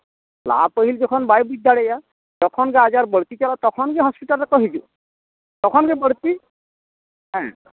ᱞᱟᱦᱟ ᱯᱟᱹᱦᱤᱞ ᱡᱚᱠᱷᱚᱱ ᱵᱟᱭ ᱵᱩᱡ ᱫᱟᱲᱮᱭᱟᱜᱼᱟ ᱡᱚᱠᱷᱚᱱ ᱜᱮ ᱟᱡᱟᱨ ᱵᱟᱹᱲᱛᱤ ᱪᱟᱞᱟᱜᱼᱟ ᱛᱚᱠᱷᱚᱱ ᱜᱮ ᱦᱚᱸᱥᱯᱤᱴᱟᱞ ᱨᱮᱠᱚ ᱦᱤᱡᱩᱜᱼᱟ ᱛᱚᱠᱷᱚᱱ ᱜᱮ ᱵᱟᱹᱲᱛᱤ ᱦᱮᱸ